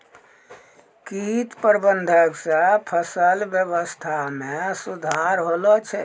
कीट प्रबंधक से फसल वेवस्था मे सुधार होलो छै